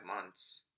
months